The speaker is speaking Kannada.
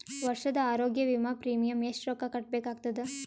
ವರ್ಷದ ಆರೋಗ್ಯ ವಿಮಾ ಪ್ರೀಮಿಯಂ ಎಷ್ಟ ರೊಕ್ಕ ಕಟ್ಟಬೇಕಾಗತದ?